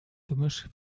gemisch